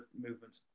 movement